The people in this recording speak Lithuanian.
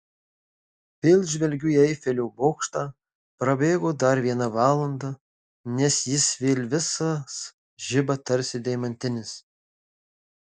vėl žvelgiu į eifelio bokštą prabėgo dar viena valanda nes jis vėl visas žiba tarsi deimantinis